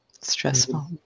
Stressful